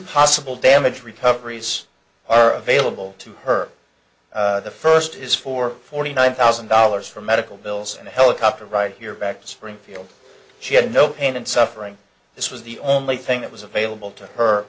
possible damage recoveries are available to her the first is for forty nine thousand dollars for medical bills and a helicopter right here back to springfield she had no pain and suffering this was the only thing that was available to her